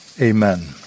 Amen